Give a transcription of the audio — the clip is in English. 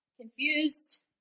confused